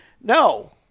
No